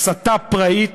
הסתה פראית